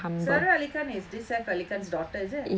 sara ali khan is this eh ali khan's daughter is it